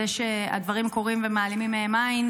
זה שהדברים קורים ומעלימים מהם עין,